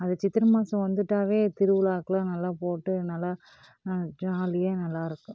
அது சித்திரை மாதம் வந்துட்டாவே திருவிழாக்கெலாம் நல்லா போட்டு நல்லா ஜாலியாக நல்லாயிருக்கும்